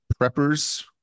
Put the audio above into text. preppers